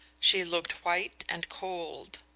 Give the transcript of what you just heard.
she looked white and cold.